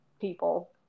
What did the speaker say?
people